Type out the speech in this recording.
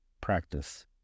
practice